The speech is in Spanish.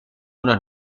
una